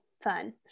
fun